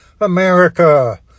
america